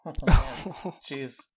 Jeez